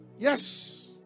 Yes